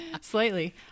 slightly